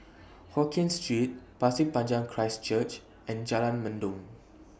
Hokien Street Pasir Panjang Christ Church and Jalan Mendong